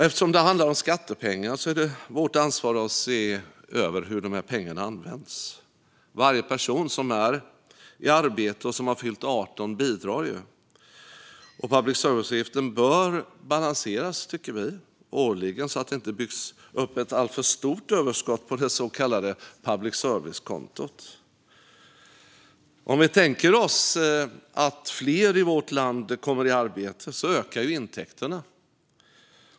Eftersom det handlar om skattepengar är det vårt ansvar att se över hur dessa pengar används. Varje person som är i arbete och har fyllt 18 bidrar ju. Vi tycker att public service-avgiften behöver balanseras årligen så att det inte byggs upp ett alltför stort överskott på det så kallade public service-kontot. Om vi tänker oss att fler i vårt land kommer i arbete ökar ju intäkterna.